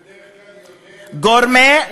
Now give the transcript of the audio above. גורמי,